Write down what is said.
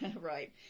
right